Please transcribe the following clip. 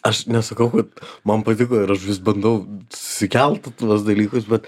aš nesakau kad man patiko ir aš vis bandau susikelt tuos dalykus bet